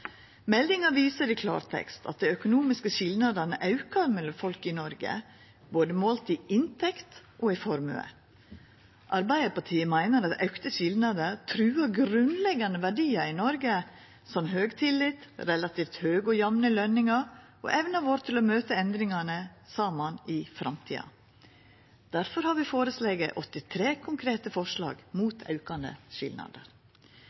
Meldinga viser i klartekst at dei økonomiske skilnadene aukar mellom folk i Noreg, målt både i inntekt og i formue. Arbeidarpartiet meiner at auka skilnader trugar grunnleggjande verdiar i Noreg, som høg tillit, relativt høge og jamne løner og evna vår til å møta endringane saman i framtida. Difor har vi kome med 83 konkrete forslag mot aukande skilnader.